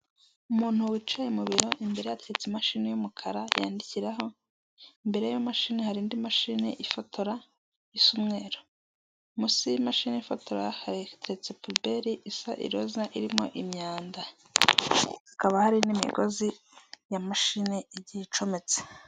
Umuntu wicaye mu biro, imbere yatetse imashini y’umukara yandikiraho. Mbere y’imashini, hari indi mashini ifotora isa n’umweru. Munsi y’imashini ifotora, hateretse pubeli isa iroza irimo imyanda, ikaba hari n’imigozi ya mashini igiye icometse.